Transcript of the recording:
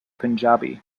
punjabi